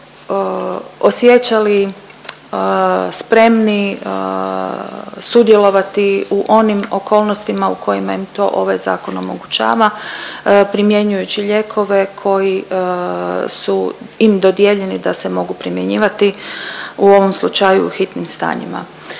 bi se osjećali spremni sudjelovati u onim okolnostima u kojima im to ovaj zakon omogućava primjenjujući lijekove koji su im dodijeljeni da se mogu primjenjivati u ovom slučaju u hitnim stanjima.